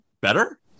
better